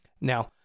Now